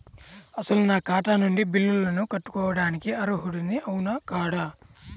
అసలు నా ఖాతా నుండి బిల్లులను కట్టుకోవటానికి అర్హుడని అవునా కాదా?